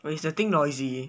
wait is the thing noisy